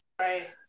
Right